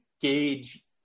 gauge